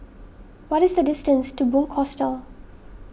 what is the distance to Bunc Hostel